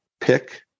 pick